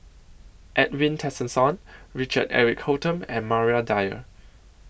Edwin Tessensohn Richard Eric Holttum and Maria Dyer